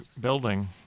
building